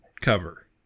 cover